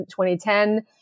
2010